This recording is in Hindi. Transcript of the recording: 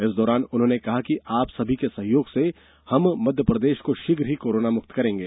इस दौरान उन्होंने कहा कि आप सभी के सहयोग से हम मध्यप्रदेश को शीघ्र ही कोरोना मुक्त करेंगे